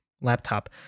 laptop